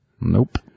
Nope